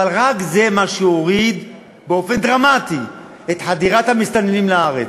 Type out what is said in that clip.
אבל רק זה מה שהוריד באופן דרמטי את חדירת המסתננים לארץ.